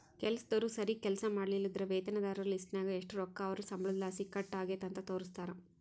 ಕೆಲಸ್ದೋರು ಸರೀಗ್ ಕೆಲ್ಸ ಮಾಡ್ಲಿಲ್ಲುದ್ರ ವೇತನದಾರರ ಲಿಸ್ಟ್ನಾಗ ಎಷು ರೊಕ್ಕ ಅವ್ರ್ ಸಂಬಳುದ್ಲಾಸಿ ಕಟ್ ಆಗೆತೆ ಅಂತ ತೋರಿಸ್ತಾರ